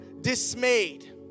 dismayed